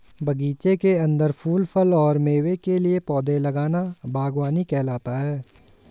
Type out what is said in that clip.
बगीचे के अंदर फूल, फल और मेवे के लिए पौधे लगाना बगवानी कहलाता है